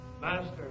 Master